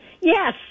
Yes